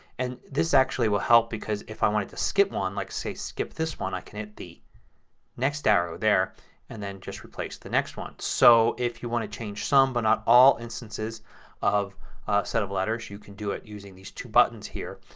and this actually will help because if i wanted to skip one, like say skip this one, i can hit the next arrow there and then just replace the next one. so if you want to change some but not all instances of a set of letters you can do it using these two buttons here.